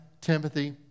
Timothy